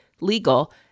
legal